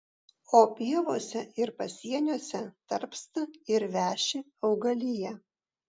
o pievose ir pasieniuose tarpsta ir veši augalija